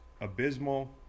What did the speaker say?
abysmal